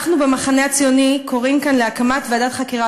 אנחנו במחנה הציוני קוראים כאן להקמת ועדת חקירה